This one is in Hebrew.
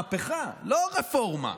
מהפכה, לא רפורמה,